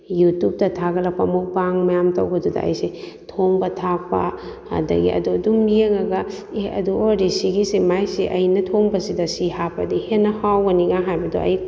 ꯌꯨꯇꯨꯞꯇ ꯊꯥꯒꯠꯂꯛꯄ ꯃꯨꯛꯕꯥꯡ ꯃꯌꯥꯝ ꯇꯧꯕꯗꯨꯗ ꯑꯩꯁꯦ ꯊꯣꯡꯕ ꯊꯥꯛꯄ ꯑꯗꯨꯗꯒꯤ ꯑꯗꯨ ꯑꯗꯨꯝ ꯌꯦꯡꯉꯒ ꯑꯦ ꯑꯗꯨ ꯑꯣꯏꯔꯗꯤ ꯁꯤꯒꯤꯁꯤ ꯃꯥꯒꯤꯁꯤ ꯑꯩꯅ ꯊꯣꯡꯕꯁꯤꯗ ꯁꯤ ꯍꯥꯞꯄꯗꯤ ꯍꯦꯟꯅ ꯍꯥꯎꯒꯅꯤꯒ ꯍꯥꯏꯕꯗꯣ ꯑꯩ